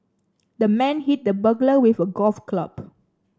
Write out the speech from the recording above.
the man hit the burglar with a golf club